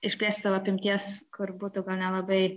išplėsti savo apimties kur būtų gana labai